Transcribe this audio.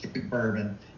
bourbon